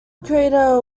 crater